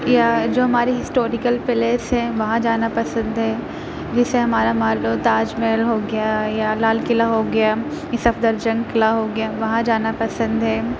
یا جو ہمارے ہسٹوریکل پلیس ہیں وہاں جانا پسند ہے جیسے ہمارا مان لو تاج محل ہو گیا یا لال قلعہ ہو گیا صفدر جنگ قلعہ ہو گیا وہاں جانا پسند ہے